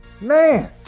man